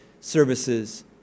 services